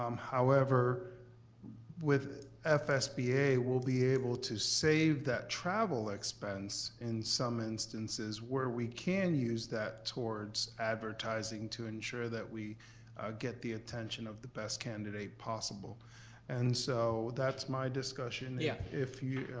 um however with fsba we'll be able to save that travel expense in some instances where we can use that towards advertising to ensure that we get the attention of the best candidate possible and so that's my discussion. yeah